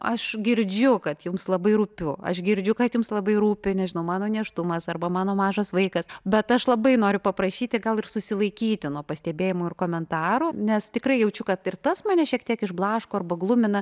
aš girdžiu kad jums labai rūpiu aš girdžiu kad jums labai rūpi nežinau mano nėštumas arba mano mažas vaikas bet aš labai noriu paprašyti gal ir susilaikyti nuo pastebėjimų ir komentarų nes tikrai jaučiu kad ir tas mane šiek tiek išblaško arba glumina